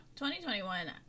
2021